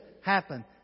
happen